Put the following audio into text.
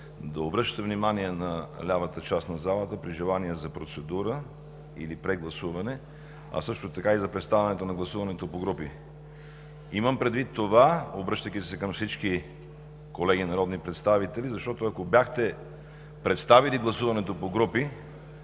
да обръщате внимание на лявата част на залата при желание за процедура или прегласуване, а също така и за представянето на гласуването по групи. Имам предвид това, обръщайки се към всички колеги народни представители, защото, ако бяхте представили гласуването по групи,